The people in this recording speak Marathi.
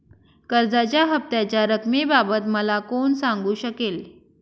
कर्जाच्या हफ्त्याच्या रक्कमेबाबत मला कोण सांगू शकेल?